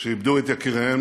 שאיבדו את יקיריהם